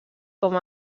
com